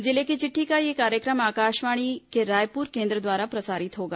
जिले की चिट़ठी का यह कार्यक्रम आकाशवाणी के रायपुर केंद्र द्वारा प्रसारित होगा